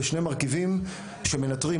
בשני מרכיבים שמנטרים,